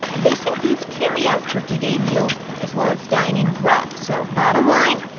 this includes carry-out turkey day meals, as well as dine-in grub, so bottom line?